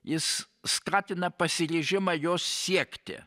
jis skatina pasiryžimą jos siekti